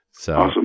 Awesome